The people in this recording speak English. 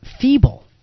feeble